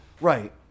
right